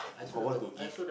how what to give